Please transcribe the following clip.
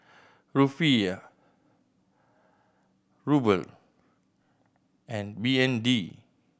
Rufiyaa Ruble and B N D